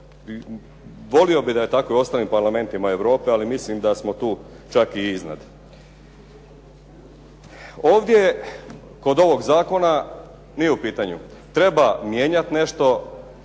volio bih da je tako i u ostalim parlamentima Europe, ali mislim da smo tu čak i iznad. Ovdje kod ovog zakona nije u pitanju treba mijenjati nešto.